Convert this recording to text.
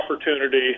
opportunity